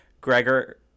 Gregor